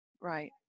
Right